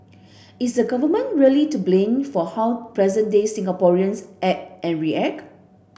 is the Government really to blame for how present day Singaporeans act and react